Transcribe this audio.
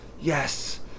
yes